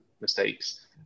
mistakes